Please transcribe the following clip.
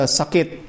sakit